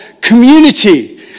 community